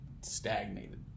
stagnated